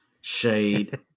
Shade